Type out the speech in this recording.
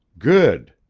good!